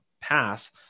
path